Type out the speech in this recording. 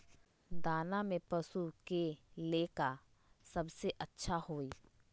दाना में पशु के ले का सबसे अच्छा होई?